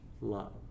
love